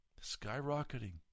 skyrocketing